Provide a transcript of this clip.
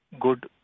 good